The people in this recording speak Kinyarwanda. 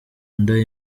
nda